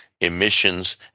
emissions